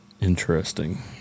interesting